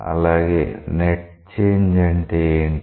అలాగే net change అంటే ఏంటి